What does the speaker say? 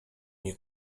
nie